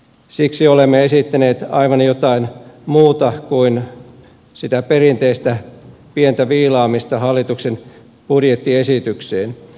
siksi olemme esittäneet aivan jotain muuta kuin sitä perinteistä pientä viilaamista hallituksen budjettiesitykseen